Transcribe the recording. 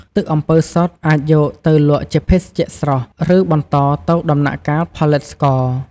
ទឹកអំពៅសុទ្ធអាចយកទៅលក់ជាភេសជ្ជៈស្រស់ ឬបន្តទៅដំណាក់កាលផលិតស្ករ។